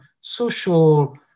social